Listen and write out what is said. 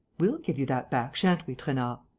we'll give you that back, sha'n't we, trainard?